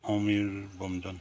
Amir Bamjan